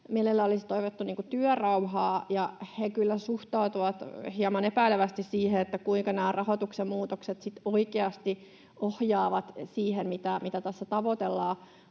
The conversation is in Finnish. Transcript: Mielellään olisi toivottu työrauhaa, ja he kyllä suhtautuvat hieman epäilevästi siihen, kuinka nämä rahoituksen muutokset sitten oikeasti ohjaavat siihen, mitä tässä tavoitellaan.